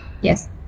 Yes